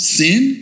sin